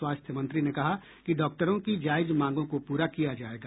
स्वास्थ्य मंत्री ने कहा कि डॉक्टरों की जायज मांगों को पूरा किया जायेगा